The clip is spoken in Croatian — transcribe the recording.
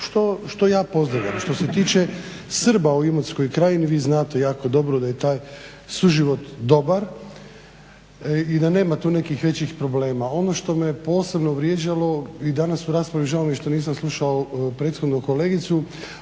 Što se tiče Srba u Imotskoj krajini vi znate jako dobro da je taj suživot dobar i da nema tu nekih većih problema. Ono što me posebno vrijeđalo i danas u raspravi, žao mi je što nisam slušao prethodnu kolegicu,